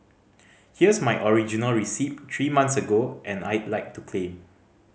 here's my original receipt three months ago and I'd like to claim